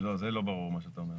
זה לא ברור מה שאתה אומר.